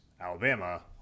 Alabama